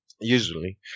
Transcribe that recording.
Usually